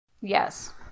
Yes